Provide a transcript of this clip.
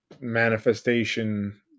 manifestation